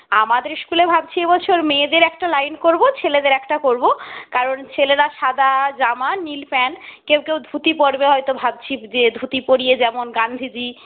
আমাদের স্কুলে ভাবছি এবছর মেয়েদের একটা লাইন করবো ছেলেদের একটা করবো কারণ ছেলেরা সাদা জামা নীল প্যান্ট কেউ কেউ ধুতি পড়বে হয়তো ভাবছি যে ধুতি পরিয়ে যেমন গান্ধিজী